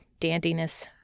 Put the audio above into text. dandiness